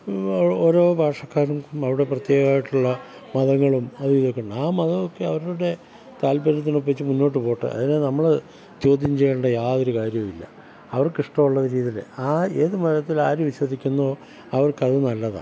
ഓരോ ഭാഷക്കാരും അവരുടെ പ്രത്യേകമായിട്ടുള്ള മതങ്ങളും അതു ഇതുമൊക്കെ ഉണ്ട് ആ മതമൊക്കെ അവരുടെ താല്പര്യത്തിനൊപ്പിച്ച് മുന്നോട്ട് പോട്ടെ അതിനെ നമ്മൾ ചോദ്യം ചെയ്യേണ്ട യാതൊരു കാര്യവുമില്ല അവർക്ക് ഇഷ്ടമുള്ളത് ചെയ്തില്ലെ ആ ഏത് മതത്തിലാര് വിശ്വസിക്കുന്നോ അവർക്കത് നല്ലതാണ്